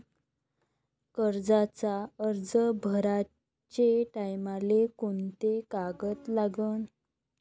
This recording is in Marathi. कर्जाचा अर्ज भराचे टायमाले कोंते कागद लागन?